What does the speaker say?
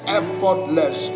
effortless